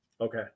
Okay